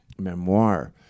memoir